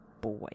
boy